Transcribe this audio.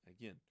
again